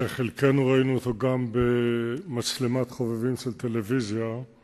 שחלקנו גם ראינו באמצעות מצלמת טלוויזיה של חובבים,